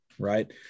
Right